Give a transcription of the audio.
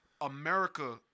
America